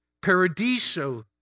Paradiso